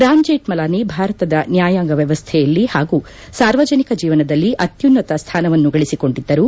ರಾಮ್ ಜೇಕ್ನಲಾನಿ ಭಾರತದ ನ್ಯಾಯಾಂಗ ವ್ಹವಸ್ವೆಯಲ್ಲಿ ಹಾಗೂ ಸಾರ್ವಜನಿಕ ಜೀವನದಲ್ಲಿ ಅತ್ತುನ್ನತ ಸ್ವಾನವನ್ನು ಗಳಿಸಿಕೊಂಡಿದ್ದರು